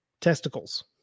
testicles